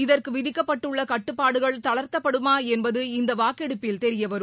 இதற்குவிதிக்கப்பட்டுள்ளகட்டுப்பாடுகள் தளா்த்தப்படுமாஎன்பது இந்தவாக்கெடுப்பில் தெரியவரும்